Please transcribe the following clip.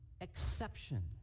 exception